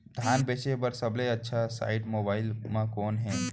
धान बेचे बर सबले अच्छा साइट मोबाइल म कोन हे?